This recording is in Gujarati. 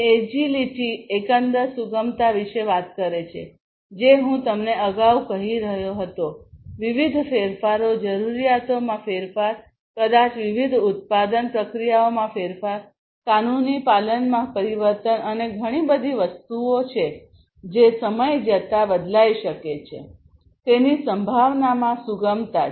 એજિલિટી એકંદર સુગમતા વિશે વાત કરે છે જે હું તમને અગાઉ કહી રહ્યો હતો વિવિધ ફેરફારો જરૂરિયાતોમાં ફેરફાર કદાચ વિવિધ ઉત્પાદન પ્રક્રિયાઓમાં ફેરફાર કાનૂની પાલનમાં પરિવર્તન અને ઘણી બધી વસ્તુઓ છે જે સમય જતાં બદલાઈ શકે છે તેની સંભાવનામાં સુગમતા છે